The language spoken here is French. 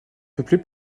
peuplée